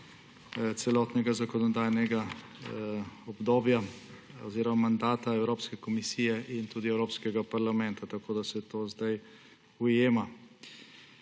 celotnega zakonodajnega obdobja oziroma mandata Evropske komisije in tudi Evropskega parlamenta, tako se to zdaj ujema.